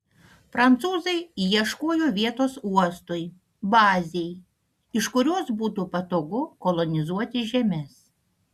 prancūzai ieškojo vietos uostui bazei iš kurios būtų patogu kolonizuoti žemes